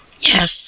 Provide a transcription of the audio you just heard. Yes